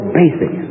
basic